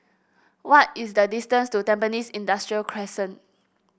what is the distance to Tampines Industrial Crescent